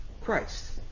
Christ